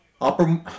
Upper